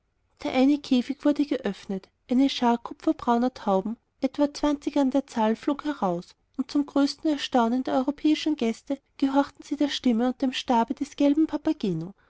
der eine käfig wurde geöffnet eine schar kupferbrauner tauben etwa zwanzig an der zahl flog heraus und zum größten erstaunen der europäischen gäste gehorchten sie der stimme und dem stabe des gelben papageno